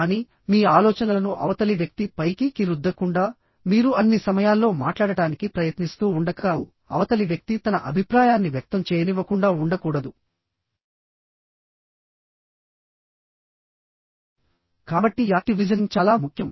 కానీ మీ ఆలోచనలను అవతలి వ్యక్తి పైకి కి రుద్ధ కుండా మీరు అన్ని సమయాల్లో మాట్లాడటానికి ప్రయత్నిస్తూ ఉండక అవతలి వ్యక్తి తన అభిప్రాయాన్ని వ్యక్తం చేయనివ్వకుండా ఉండ కూడదు కాబట్టి యాక్టివ్ లిజనింగ్ చాలా ముఖ్యం